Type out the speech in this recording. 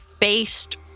based